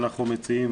אנחנו מציעים